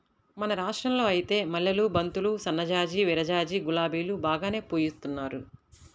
మన రాష్టంలో ఐతే మల్లెలు, బంతులు, సన్నజాజి, విరజాజి, గులాబీలు బాగానే పూయిత్తున్నారు